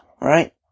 right